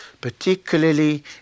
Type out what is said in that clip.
particularly